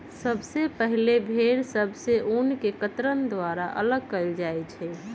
सबसे पहिले भेड़ सभ से ऊन के कर्तन द्वारा अल्लग कएल जाइ छइ